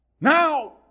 Now